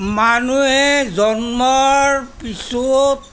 মানুহে জন্মৰ পিছত